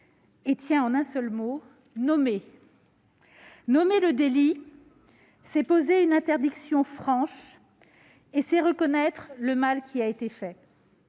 et tient en un seul mot : nommer. Nommer le délit, c'est poser une interdiction franche et c'est reconnaître le mal qui a été fait.